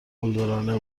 قلدرانه